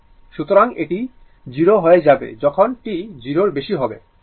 সুতরাং এটি 0 হয়ে যাবে যখন t 0 এর বেশি হবে u হবে 1